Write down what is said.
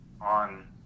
on